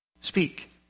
Speak